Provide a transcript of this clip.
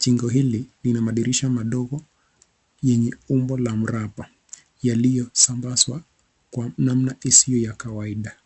Jengo hili lina madirisha madogo yenye umbo la mraba yaliyosambazwa kwa namna isiyo ya kawaida.